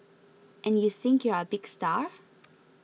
and you think you're a big star